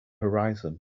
horizon